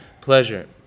pleasure